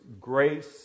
grace